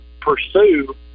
pursue